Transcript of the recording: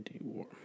War